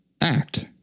act